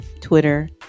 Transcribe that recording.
Twitter